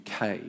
UK